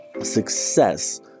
success